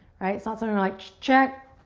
it's not something like, check,